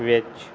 ਵਿੱਚ